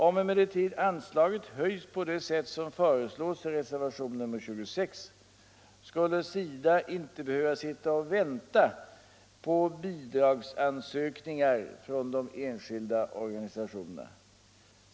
Om emellertid anslaget höjs på det sätt som föreslås i reservationen 26 skulle SIDA inte behöva enbart vänta på bidragsansökningar från de enskilda organisationerna.